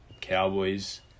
Cowboys